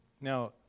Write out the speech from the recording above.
Now